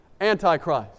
Antichrist